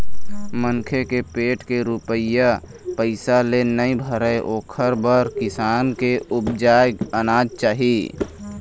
मनखे के पेट के रूपिया पइसा ले नइ भरय ओखर बर किसान के उपजाए अनाज चाही